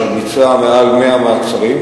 שביצעה מעל 100 מעצרים,